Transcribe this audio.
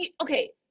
okay